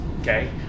okay